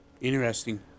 Interesting